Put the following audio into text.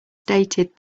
stated